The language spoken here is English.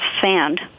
sand